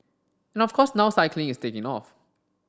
and of course now cycling is taking off